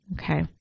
Okay